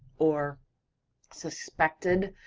or suspected,